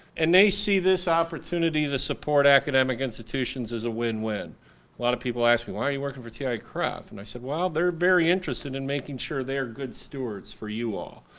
and they see this opportunity to support academic institutions as a win-win. a lot of people ask me why are you working with tiaa-cref? and i said well, they're very interested in making sure they're good stewards for you all.